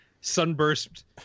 sunburst